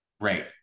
Right